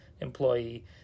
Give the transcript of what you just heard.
employee